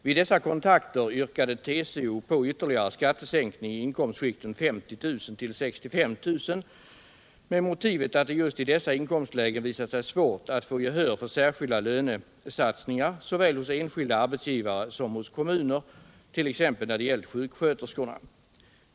Vid dessa kontakter yrkade TCO på ytterligare skattesänkning i inkomstskikten 50 000-65 000 med motiveringen att det just i dessa inkomstlägen hade visat sig svårt att få gehör för särskilda lönesatsningar såväl hos enskilda arbetsgivare som hos kommuner, t.ex. när det gällt sjuksköterskorna.